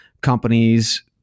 companies